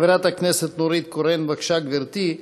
חברת הכנסת נורית קורן, בבקשה, גברתי.